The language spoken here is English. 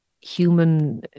human